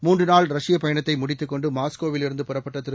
மூன்று நாள் ரஷ்யப் பயணத்தை முடித்து கொண்டு மாஸ்கோவில் இருந்து புறப்பட்ட திரு